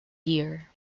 year